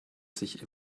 sich